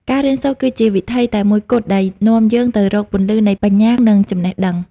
ការរៀនសូត្រគឺជាវិថីតែមួយគត់ដែលនាំយើងទៅរកពន្លឺនៃបញ្ញា និងចំណេះដឹង។